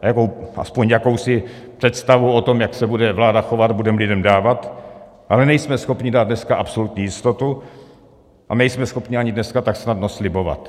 A aspoň jakousi představu o tom, jak se bude vláda chovat, budeme lidem dávat, ale nejsme schopni dát dneska absolutní jistotu a nejsme schopni ani dneska tak snadno slibovat.